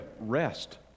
rest